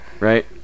Right